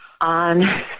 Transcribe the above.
On